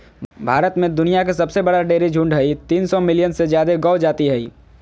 भारत में दुनिया के सबसे बड़ा डेयरी झुंड हई, तीन सौ मिलियन से जादे गौ जाती हई